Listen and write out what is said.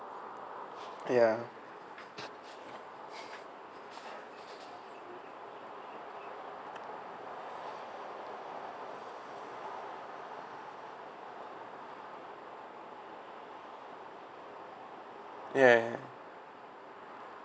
ya ya ya ya